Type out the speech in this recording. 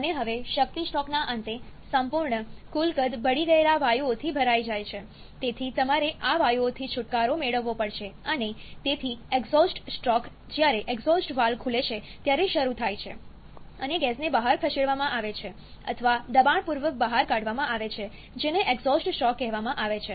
અને હવે શક્તિ સ્ટ્રોકના અંતે સંપૂર્ણ કુલ કદ બળી ગયેલા વાયુઓથી ભરાઈ જાય છે તેથી તમારે આ વાયુઓથી છુટકારો મેળવવો પડશે અને તેથી એક્ઝોસ્ટ સ્ટ્રોક જ્યારે એક્ઝોસ્ટ વાલ્વ ખુલે છે ત્યારે શરૂ થાય છે અને ગેસને બહાર ખસેડવામાં આવે છે અથવા દબાણપૂર્વક બહાર કાઢવામાં આવે છે જેને એક્ઝોસ્ટ સ્ટ્રોક કહેવામાં આવે છે